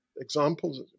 examples